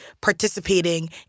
participating